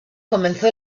comenzó